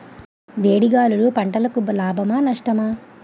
వేడి గాలులు పంటలకు లాభమా లేక నష్టమా?